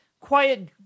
quiet